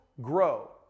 grow